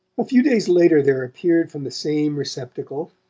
a few days later there appeared from the same receptacle